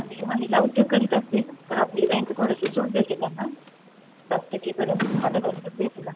आणि महिला उद्योग करीत असतील तर आपली बँक थोडंशी सूट देते त्यांना सात टक्केपर्यंत तुम्हाला व्याज दर भेटू लागतंय